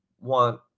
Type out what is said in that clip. want